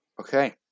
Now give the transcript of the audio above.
Okay